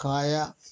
കായ